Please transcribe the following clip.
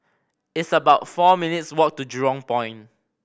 it's about four minutes' walk to Jurong Point